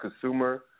consumer